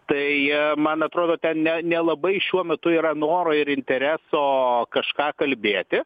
tai man atrodo ten ne nelabai šiuo metu yra noro ir intereso kažką kalbėti